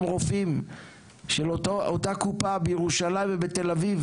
רופאים של אותה קופה בירושלים ובתל אביב,